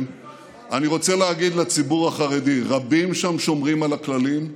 אני רוצה להגיד לציבור החרדי: רבים שם שומרים על הכללים,